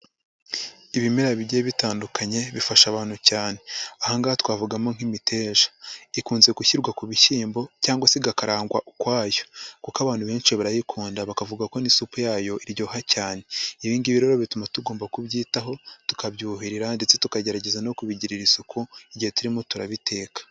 Ibimera bigiye bitandukanye, bifasha abantu cyane. Aha ngaha twavugamo nk'imiteja. Ikunze gushyirwa ku bishyimbo cyangwa se igakarangwa ukwayo kuko abantu benshi barayikunda, bakavuga ko n'isupu yayo iryoha cyane. Ibi ngibi rero bituma tugomba kubyitaho, tukabyuhira ndetse tukagerageza no kubigirira isuku igihe turimo turabiteka.